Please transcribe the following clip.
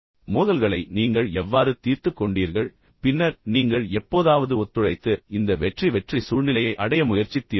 மோதல்களை நீங்கள் எவ்வாறு தீர்த்துக் கொண்டீர்கள் பின்னர் நீங்கள் எப்போதாவது ஒத்துழைத்து இந்த வெற்றி வெற்றி சூழ்நிலையை அடைய முயற்சித்தீர்களா